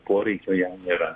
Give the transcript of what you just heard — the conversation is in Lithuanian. poreikio jam nėra